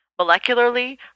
molecularly